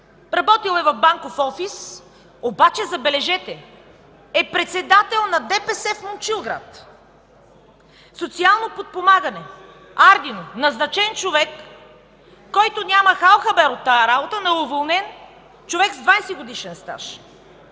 работил е в банков офис обаче, забележете, е председател на ДПС в Момчилград. В „Социално подпомагане” – Ардино, е назначен човек, който няма хал хабер от тази работа, но е уволнен човек с 20-годишен стаж.